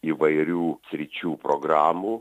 įvairių sričių programų